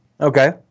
Okay